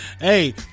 hey